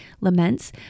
laments